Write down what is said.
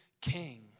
king